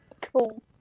Cool